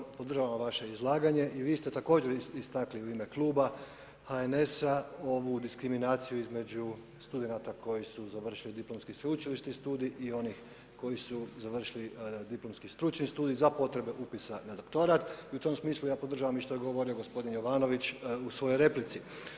Štovani kolega, podržavam vaše izlaganje i vi ste također istakli u ime kluba HNS-a ovu diskriminaciju između studenata koji su završili diplomski sveučilišni studij i onih koji su završili diplomski stručni studij za potrebe upisa na doktorat i u tom smislu ja podržavam i što je govorio gospodin Jovanović u svojoj replici.